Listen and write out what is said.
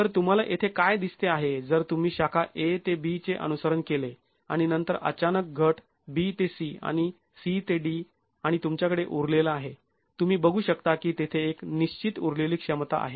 तर तुम्हाला येथे काय दिसते आहे जर तुम्ही शाखा a ते b चे अनुसरण केले आणि नंतर अचानक घट b ते c आणि c ते d आणि तुमच्याकडे उरलेला आहे तुम्ही बघू शकता की तेथे एक निश्चित उरलेली क्षमता आहे